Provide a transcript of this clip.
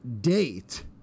date